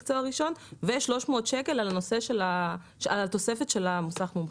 ו-300 שקלים על התוספת של המוסך מומחה.